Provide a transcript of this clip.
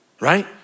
right